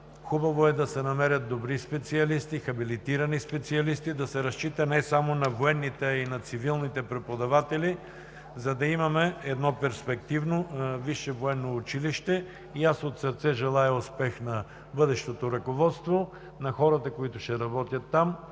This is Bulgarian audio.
Хубаво е да се намерят добри специалисти, хабилитирани специалисти, да се разчита не само на военните, а и на цивилните преподаватели, за да имаме едно перспективно Висше военно училище. От сърце желая успех на бъдещото ръководство, на хората, които ще работят там,